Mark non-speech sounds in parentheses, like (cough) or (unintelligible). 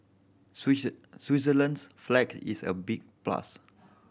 (unintelligible) Switzerland's flag is a big plus